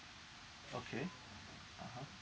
okay (uh huh)